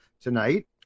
tonight